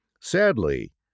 Sadly